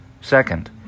Second